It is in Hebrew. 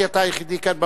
כי אתה היחידי כאן באולם.